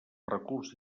recurs